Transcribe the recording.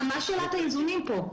מה שאלת האיזונים פה?